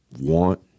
want